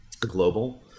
global